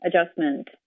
adjustment